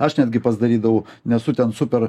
aš netgi pats darydavau nesu ten super